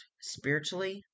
spiritually